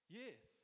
yes